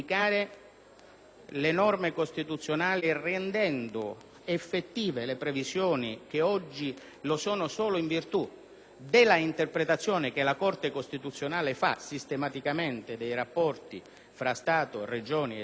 le norme costituzionali rendendo effettive le previsioni che oggi lo sono solo in virtù della sistematica interpretazione della Corte costituzionale in ordine ai rapporti tra Stato, Regioni ed autonomie